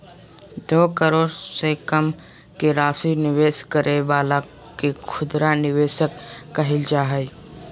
दो करोड़ से कम के राशि निवेश करे वाला के खुदरा निवेशक कहल जा हइ